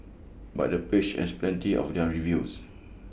but the page has plenty of other reviews